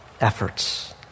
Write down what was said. efforts